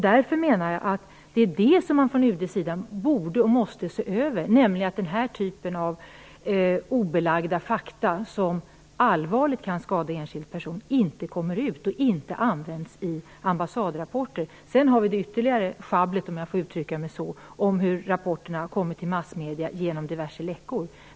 Därför menar jag att man från UD:s sida borde och måste se över att den här typen av obelagda fakta, som allvarligt kan skada enskild person, inte kommer ut och inte används i ambassadrapporter. Sedan har vi det ytterligare sjabblet, om jag får uttrycka mig så, om hur rapporten har kommit till massmedierna genom diverse läckor.